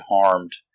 harmed